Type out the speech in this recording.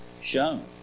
shown